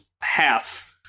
half